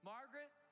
Margaret